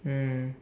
mm